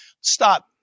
stop